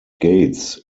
gates